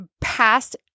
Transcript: past